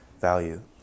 value